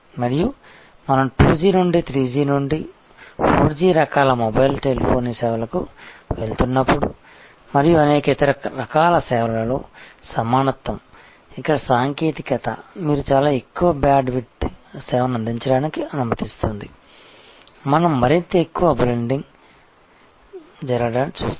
మరియు మనం 2G నుండి 3G నుండి 4G రకాల మొబైల్ టెలిఫోనీ సేవలకు వెళ్తున్నప్పుడు మరియు అనేక ఇతర రకాల సేవలలో సమానత్వం ఇక్కడ సాంకేతికత మీరు చాలా ఎక్కువ బ్యాండ్విడ్త్ సేవను అందించడానికి అనుమతిస్తుంది మనం మరింత ఎక్కువ బండ్లింగ్ జరగడాన్ని చూస్తాము